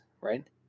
right